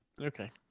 okay